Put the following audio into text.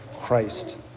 Christ